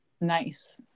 nice